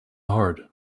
hard